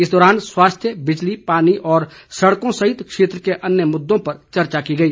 इस दौरान स्वास्थ्य बिजली पानी और सड़कों सहित क्षेत्र के अन्य मुददों पर चर्चा की गई